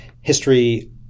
History